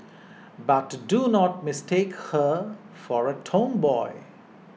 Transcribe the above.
but do not mistake her for a tomboy